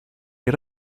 get